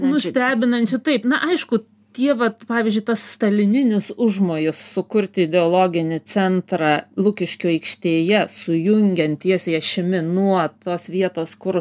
nustebinančiu taip na aišku tie vat pavyzdžiui tas stalininis užmojis sukurti ideologinį centrą lukiškių aikštėje sujungiant tiesiai ašimi nuo tos vietos kur